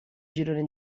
girone